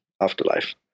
afterlife